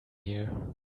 here